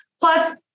Plus